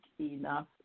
enough